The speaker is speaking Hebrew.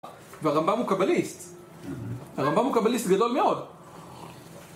והרמב״ם הוא קבליסט הרמב״ם הוא קבליסט גדול מאוד